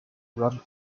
run